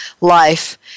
life